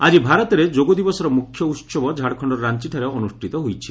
ଆଜି ଭାରତରେ ଯୋଗ ଦିବସର ମ୍ରଖ୍ୟ ଉତ୍ସବ ଝାଡ଼ଖଣ୍ଡର ରାଞ୍ଚଠାରେ ଅନୁଷ୍ଠିତ ହୋଇଛି